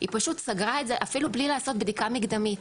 היא פשוט סגרה את זה אפילו בלי לעשות בדיקה מקדמית.